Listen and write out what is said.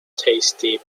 tasty